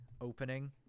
opening